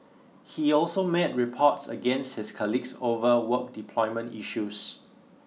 he also made reports against his colleagues over work deployment issues